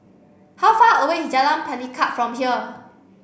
how far away is Jalan Pelikat from here